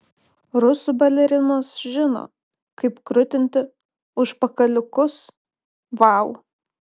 rusų balerinos žino kaip krutinti užpakaliukus vau